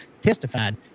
testified